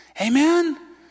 Amen